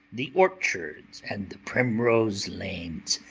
the orchards, and the primrose-lanes,